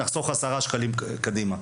נחסוך 10 שקלים קדימה.